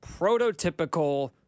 prototypical